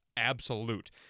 absolute